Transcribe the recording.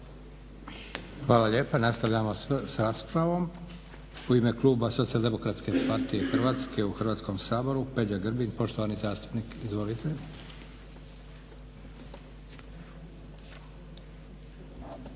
Hvala lijepa. Nastavljamo sa raspravom. U ime kluba socijaldemokratske partije Hrvatske u Hrvatskom saboru Peđa Grbin, poštovani zastupnik. Izvolite.